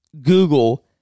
Google